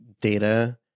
Data